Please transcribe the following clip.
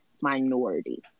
Minority